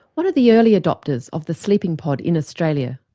one of the early adopters of the sleeping pod in australia.